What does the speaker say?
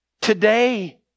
today